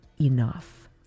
enough